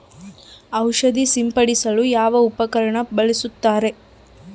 ಔಷಧಿ ಸಿಂಪಡಿಸಲು ಯಾವ ಉಪಕರಣ ಬಳಸುತ್ತಾರೆ?